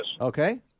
Okay